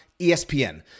ESPN